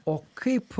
o kaip